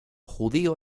judío